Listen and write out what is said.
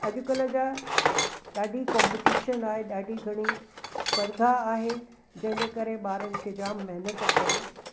त अॼु कल्ह जा ॾाढी कॉम्पटीशन आहे ॾाढी घणी स्पर्धा आहे जंहिं जंहिं करे ॿारनि खे जाम महिनत करे